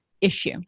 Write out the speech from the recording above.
issue